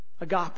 Agape